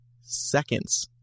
seconds